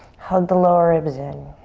hug the lower ribs in.